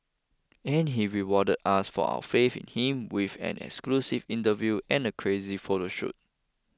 and he rewarded us for our faith in him with an exclusive interview and a crazy photo shoot